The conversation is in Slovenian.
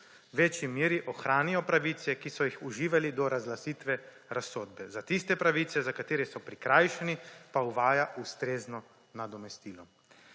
večji meri ohranijo pravice, ki so jih uživali do razglasitve razsodbe. Za tiste pravice, za katere so prikrajšani, pa uvaja ustrezno nadomestilo.